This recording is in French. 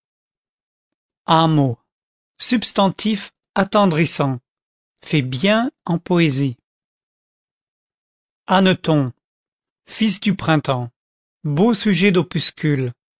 hameau substantif attendrissant fait bien en poésie hannetons fils du printemps beau sujet